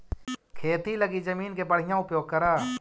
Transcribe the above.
खेती लगी जमीन के बढ़ियां उपयोग करऽ